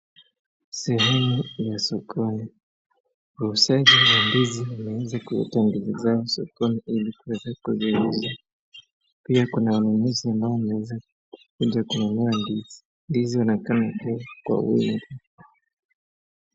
Sehemu ya sokoni, wauzaji wa ndizi wameweza kuleta ndizi zao sokoni ili kuweza kuziuza, pia kuna wanunuzi ambao wameweza kuja kununua ndizi, ndizi inaonekana kuwa kwa wingi .